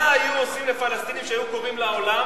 מה היו עושים לפלסטינים שהיו קוראים לעולם